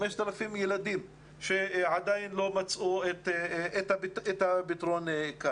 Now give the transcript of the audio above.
5,000 ילדים שעדיין לא מצאו את הפתרון עבורם.